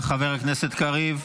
נכון, ראש הממשלה שלך, שאני מתנגד לו.